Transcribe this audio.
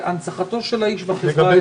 בהנצחתו של האיש בחברה הישראלית.